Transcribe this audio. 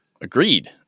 Agreed